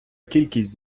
кількість